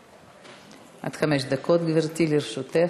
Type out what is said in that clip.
עד חמש דקות, גברתי, לרשותך.